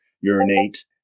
urinate